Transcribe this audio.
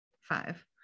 Five